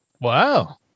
Wow